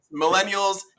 Millennials